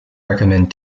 recommend